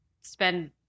spend